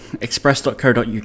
express.co.uk